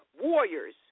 warriors